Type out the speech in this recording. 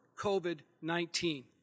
COVID-19